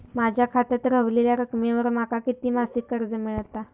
माझ्या खात्यात रव्हलेल्या रकमेवर माका किती मासिक कर्ज मिळात?